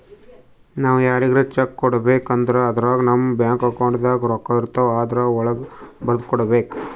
ನಾವ್ ಯಾರಿಗ್ರೆ ಚೆಕ್ಕ್ ಕೊಡ್ಬೇಕ್ ಅಂದ್ರ ಅದ್ರಾಗ ನಮ್ ಬ್ಯಾಂಕ್ ಅಕೌಂಟ್ದಾಗ್ ರೊಕ್ಕಾಇರ್ತವ್ ಆದ್ರ ವಳ್ಗೆ ಬರ್ದ್ ಕೊಡ್ಬೇಕ್